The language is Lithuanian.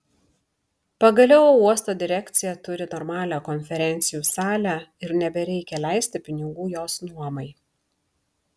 pagaliau uosto direkcija turi normalią konferencijų salę ir nebereikia leisti pinigų jos nuomai